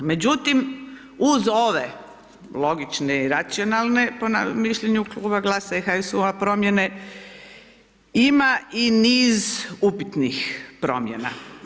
Međutim, uz ove logične i racionalne po mišljenju Kluba GLAS-a i HSU-a promjene ima i niz upitnih promjena.